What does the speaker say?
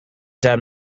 dad